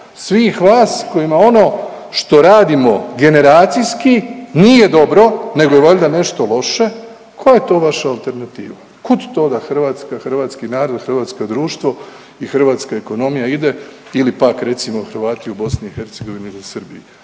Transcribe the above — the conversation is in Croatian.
svih vas kojima ono što radimo generacijski nije dobro, nego je valjda nešto loše. Koja je to vaša alternativa? Kud to da Hrvatska, hrvatski narod, hrvatsko društvo i hrvatska ekonomija ide ili pak recimo Hrvati u BiH ili Srbiji?